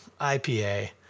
IPA